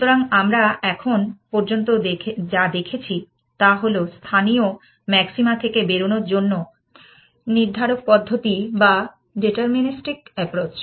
সুতরাং আমরা এখন পর্যন্ত যা দেখেছি তা হল স্থানীয় ম্যাক্সিমা থেকে বেরোনোর জন্য নির্ধারক পদ্ধতি বা ডিটারমিনিস্টিক অ্যাপ্রোচ